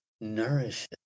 nourishes